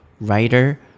writer